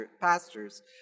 pastors